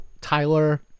Tyler